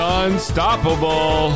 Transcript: unstoppable